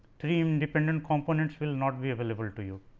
three independent components will not be available to you